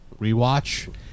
rewatch